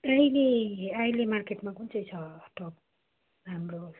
अहिले अहिले मार्केटमा कुन चाहिँ छ टप राम्रो